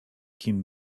kim